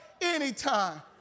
anytime